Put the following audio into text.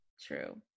true